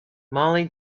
mollie